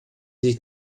sich